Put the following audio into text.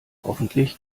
hoffentlich